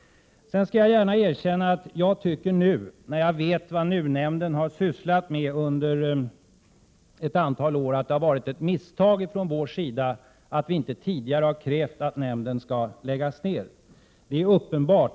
Sedan skall jag gärna erkänna att jag tycker nu, när jag vet vad NUU-nämnden har sysslat med under ett antal år, att det har varit ett misstag från vår sida att vi inte tidigare har krävt att nämnden skall läggas ned.